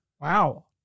Wow